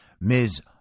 Ms